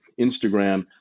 Instagram